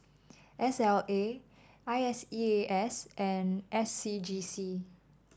S L A I S E A S and S C G C